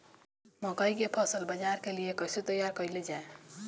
मकई के फसल बाजार के लिए कइसे तैयार कईले जाए?